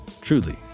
Truly